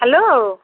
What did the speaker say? hello